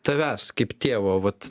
tavęs kaip tėvo vat